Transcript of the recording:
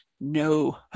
no